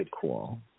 cool